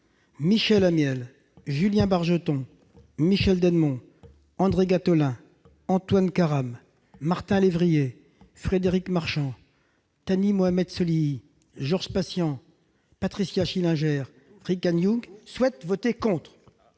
Michel Amiel, Julien Bargeton, Michel Dennemont, André Gattolin, Antoine Karam, Martin Lévrier, Frédéric Marchand, Thani Mohamed Soilihi, Georges Patient, Patricia Schillinger et Richard Yung figurent comme